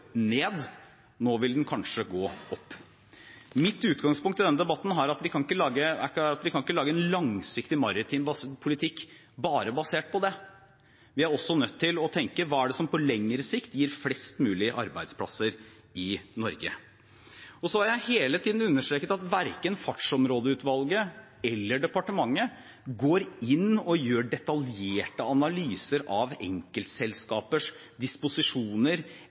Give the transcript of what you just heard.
ned, nå vil den kanskje gå opp. Mitt utgangspunkt i denne debatten er at vi kan ikke lage en langsiktig maritim politikk bare basert på det. Vi er også nødt til å tenke på hva som på lengre sikt gir flest mulig arbeidsplasser i Norge. Så har jeg hele tiden understreket at verken Fartsområdeutvalget eller departementet går inn og gjør analyser av enkeltselskapers disposisjoner